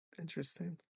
Interesting